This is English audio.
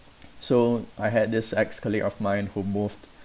so I had this ex-colleague of mine who moved